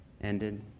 ended